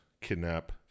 kidnap